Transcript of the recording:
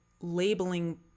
labeling